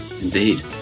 indeed